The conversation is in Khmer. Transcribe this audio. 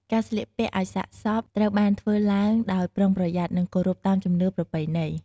ការស្លៀកពាក់អោយសាកសពត្រូវបានធ្វើឡើងដោយប្រុងប្រយ័ត្ន និងគោរពតាមជំនឿប្រពៃណី។